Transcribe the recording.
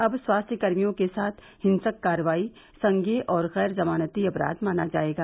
अब स्वास्थ्य कर्मियों के साथ हिंसक कार्रवाई संज्ञेय और गैर जमानती अपराध माना जायेगा